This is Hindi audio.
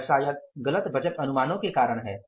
यह शायद गलत बजट अनुमानों के कारण है